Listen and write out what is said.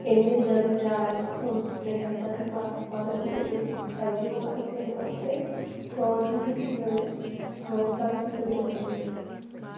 എന്നിരുന്നാലും രാജവംശത്തിലേ രാജാക്കന്മാർ മതേതരരും സജീവമായി ജൈനമതത്തെ പ്രോത്സാഹിപ്പിക്കുന്നവര് പ്രോത്സാഹിപ്പിച്ചവരുമായിരുന്നു